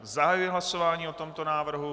Zahajuji hlasování o tomto návrhu.